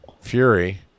Fury